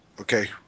Okay